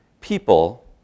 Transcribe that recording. people